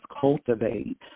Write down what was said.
cultivate